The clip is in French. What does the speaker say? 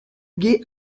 gay